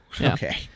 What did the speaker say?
okay